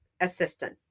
assistant